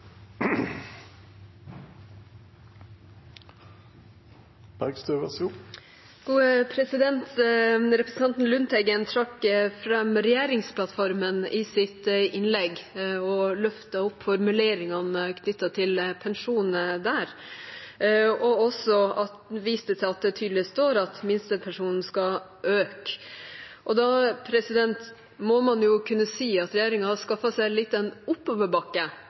Representanten Lundteigen trakk fram regjeringsplattformen i sitt innlegg og løftet opp formuleringene knyttet til pensjon der. Han viste også til at det tydelig står at minstepensjonen skal øke. Da må man jo kunne si at regjeringen har skaffet seg litt av en oppoverbakke